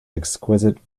exquisite